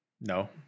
no